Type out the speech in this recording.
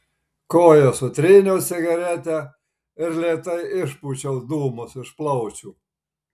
koja sutryniau cigaretę ir lėtai išpūčiau dūmus iš plaučių